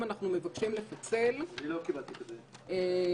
לא נשאר דבר